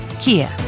Kia